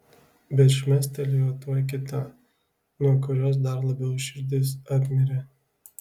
bet šmėstelėjo tuoj kita nuo kurios dar labiau širdis apmirė